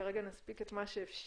וכרגע נספיק את מה שאפשר.